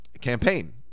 campaign